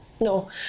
no